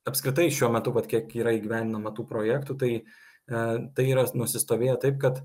apskritai šiuo metu vat kiek yra įgyvendinama tų projektų tai e tai yra nusistovėję taip kad